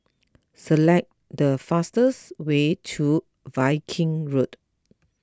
select the fastest way to Viking Road